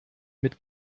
mit